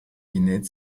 genäht